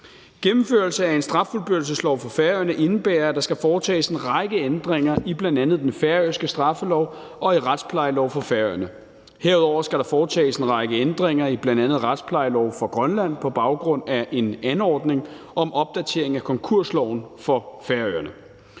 Gennemførelse af en straffuldbyrdelseslov for Færøerne indebærer, at der skal foretages en række ændringer i bl.a. den færøske straffelov og i retsplejelov for Færøerne. Herudover skal der foretages en række ændringer i bl.a. retsplejelov for Grønland på baggrund af en anordning om opdatering af konkursloven for Færøerne.